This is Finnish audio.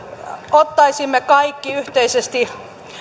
ottaisimme kaikki yhteisesti